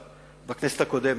בכנסת הקודמת,